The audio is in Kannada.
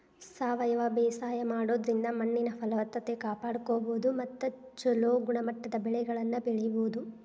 ಸಾವಯವ ಬೇಸಾಯ ಮಾಡೋದ್ರಿಂದ ಮಣ್ಣಿನ ಫಲವತ್ತತೆ ಕಾಪಾಡ್ಕೋಬೋದು ಮತ್ತ ಚೊಲೋ ಗುಣಮಟ್ಟದ ಬೆಳೆಗಳನ್ನ ಬೆಳಿಬೊದು